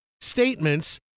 statements